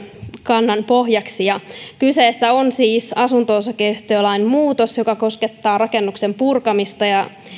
kannan pohjaksi kyseessä on siis asunto osakeyhtiölain muutos joka koskettaa rakennuksen purkamista ja